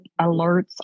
alerts